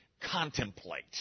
contemplate